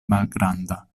malgranda